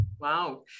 Wow